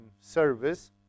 service